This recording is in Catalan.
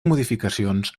modificacions